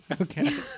Okay